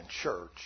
church